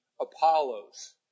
Apollos